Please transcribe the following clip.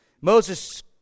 Moses